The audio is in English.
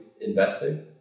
investing